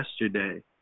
yesterday